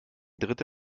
dritte